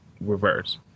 reverse